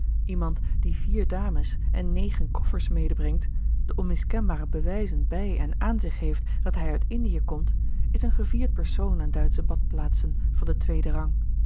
iemand die vier dames en negen koffers medebrengt de onmiskenbare bewijzen bij en aan zich heeft dat hij uit indië komt is een gevierd persoon aan duitsche badplaatsen van den tweeden rang